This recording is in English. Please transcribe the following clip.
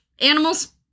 Animals